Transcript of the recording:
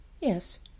Yes